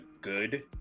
good